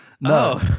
No